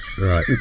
Right